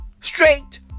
Straight